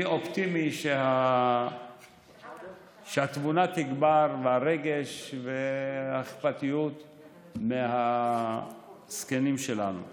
ואני אופטימי שהתבונה והרגש והאכפתיות מהזקנים שלנו יגברו.